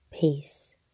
peace